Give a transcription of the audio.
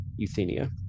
euthenia